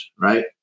right